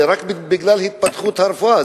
זה רק בגלל התפתחות הרפואה.